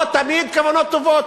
לא תמיד כוונות טובות.